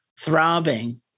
throbbing